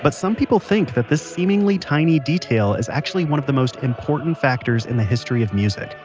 but some people think that this seemingly tiny detail is actually one of the most important factors in the history of music.